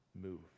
move